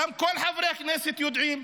גם כל חברי הכנסת יודעים,